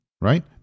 right